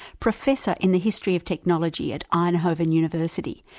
professor in the history of technology at arnhoven university,